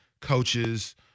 coaches